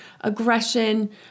aggression